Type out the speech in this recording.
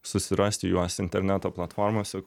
susirasti juos interneto platformose